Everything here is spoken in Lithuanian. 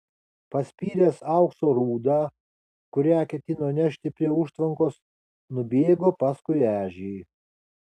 paspyręs aukso rūdą kurią ketino nešti prie užtvankos nubėgo paskui ežį